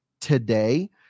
today